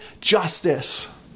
justice